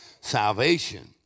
salvation